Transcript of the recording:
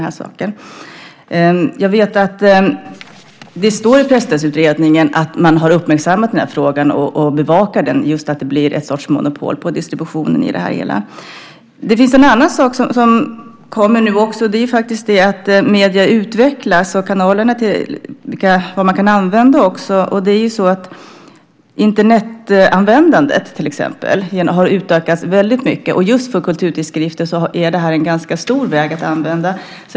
Det står i Presstödsutredningen att man har uppmärksammat frågan att det blir en sorts monopol på distributionen och bevakar den. Det finns en annan sak som kommer nu. Medierna utvecklas och också de kanaler man kan använda. Internetanvändandet har till exempel utökats väldigt mycket. Just för kulturtidskrifter är det en ganska stor väg att använda.